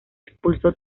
expulsó